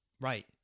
Right